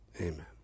Amen